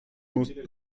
musst